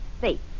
Faith